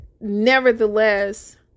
nevertheless